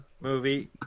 movie